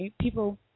People